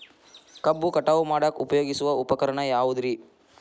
ಕಬ್ಬು ಕಟಾವು ಮಾಡಾಕ ಉಪಯೋಗಿಸುವ ಉಪಕರಣ ಯಾವುದರೇ?